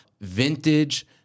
vintage